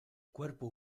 cuerpo